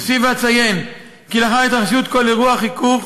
אוסיף ואציין כי לאחר התרחשות כל אירוע חיכוך